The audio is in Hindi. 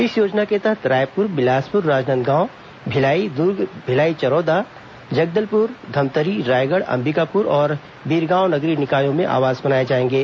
इस योजना के तहत रायपुर बिलासपुर राजनांदगांव भिलाई दुर्ग भिलाई चरौदा जगदलपुर धमतरी रायगढ़ अम्बिकापुर और बीरगांव नगरीय निकायों में आवास बनाए जाएंगे